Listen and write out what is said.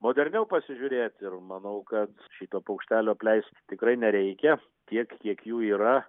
moderniau pasižiūrėt ir manau kad šito paukštelio apleist tikrai nereikia tiek kiek jų yra